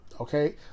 Okay